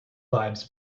vibes